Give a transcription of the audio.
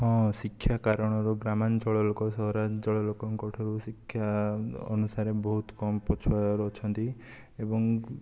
ହଁ ଶିକ୍ଷା କାରଣରୁ ଗ୍ରାମାଞ୍ଚଳ ଲୋକ ସହରାଞ୍ଚଳ ଲୋକଙ୍କ ଠାରୁ ଶିକ୍ଷା ଅନୁସାରେ ବହୁତ କମ ପଛୁଆ ରହୁଛନ୍ତି ଏବଂ